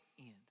end